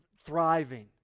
thriving